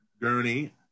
Gurney